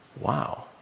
Wow